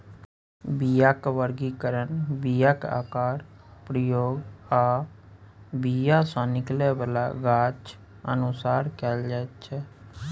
बीयाक बर्गीकरण बीयाक आकार, प्रयोग आ बीया सँ निकलै बला गाछ अनुसार कएल जाइत छै